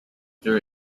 their